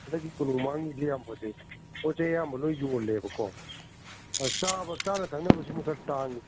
ꯍꯟꯗꯛꯀꯤ ꯀꯣꯅꯨꯡ ꯃꯃꯥꯡꯒꯤꯁꯦ ꯌꯥꯝ ꯐꯖꯩ ꯄꯣꯠ ꯆꯩ ꯑꯌꯥꯝꯕ ꯂꯣꯏ ꯌꯣꯜꯂꯦꯕꯀꯣ ꯑꯥ ꯆꯥꯕ ꯆꯥꯅ ꯊꯛꯅꯕꯁꯤꯃ ꯈꯔ ꯇꯥꯡꯏ